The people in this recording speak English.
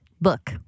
Book